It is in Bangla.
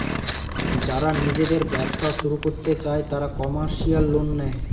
যারা নিজেদের ব্যবসা শুরু করতে চায় তারা কমার্শিয়াল লোন নেয়